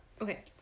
Okay